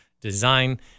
design